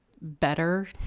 better